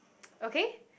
okay